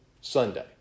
Sunday